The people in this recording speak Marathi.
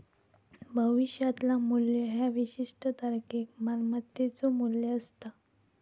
भविष्यातला मू्ल्य ह्या विशिष्ट तारखेक मालमत्तेचो मू्ल्य असता